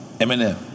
Eminem